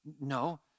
no